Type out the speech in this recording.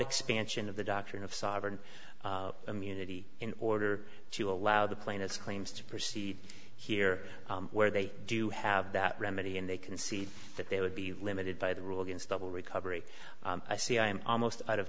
expansion of the doctrine of sovereign immunity in order to allow the plaintiffs claims to proceed here where they do have that remedy and they can see that they would be limited by the rule against double recovery i see i'm almost out of